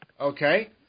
Okay